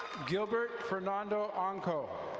gilbert fernando anko.